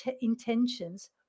intentions